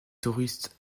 touristes